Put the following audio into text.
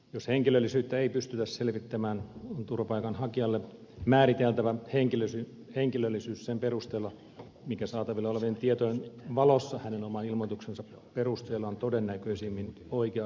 jos henkilöllisyyttä ei pystytä selvittämään on turvapaikan hakijalle määriteltävä henkilöllisyys sen perusteella mikä saatavilla olevien tietojen valossa hänen oman ilmoituksensa perusteella on todennäköisimmin oikea henkilöllisyys